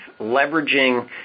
leveraging